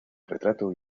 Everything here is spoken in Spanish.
retrato